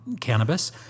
cannabis